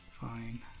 Fine